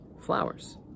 flowers